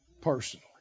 personally